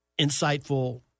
insightful